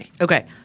Okay